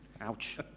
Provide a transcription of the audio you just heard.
Ouch